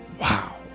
Wow